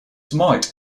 might